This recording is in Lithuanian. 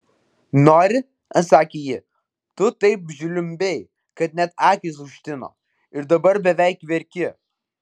nori atsakė ji tu taip žliumbei kad net akys užtino ir dabar beveik verki